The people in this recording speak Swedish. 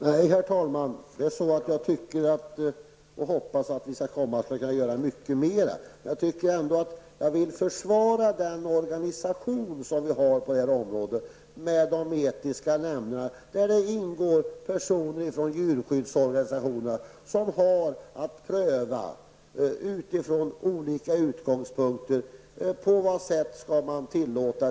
Herr talman! Nej, jag hoppas att vi skall kunna göra mycket mera, men jag vill ändå försvara den organisation som vi har, de etiska nämnderna. Där ingår det personer från djurskyddsorganisationerna som har att från olika utgångspunkter pröva på vilket sätt försöken skall tillåtas.